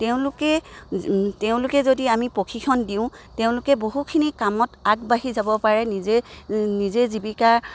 তেওঁলোকে তেওঁলোকে যদি আমি প্ৰশিক্ষণ দিওঁ তেওঁলোকে বহুখিনি কামত আগবাঢ়ি যাব পাৰে নিজে নিজে জীৱিকা